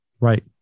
Right